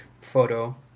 photo